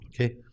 Okay